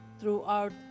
throughout